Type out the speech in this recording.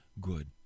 good